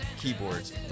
keyboards